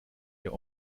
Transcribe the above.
der